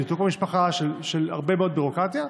של ניתוק מהמשפחה ושל הרבה מאוד ביורוקרטיה.